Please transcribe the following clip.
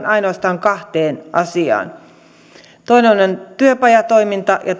ainoastaan kahteen asiaan toinen on työpajatoiminta ja